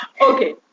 Okay